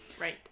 Right